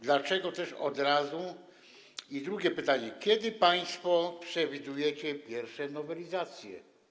Dlatego też od razu mam drugie pytanie: Kiedy państwo przewidujecie pierwsze nowelizacje?